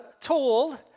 told